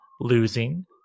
losing